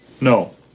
No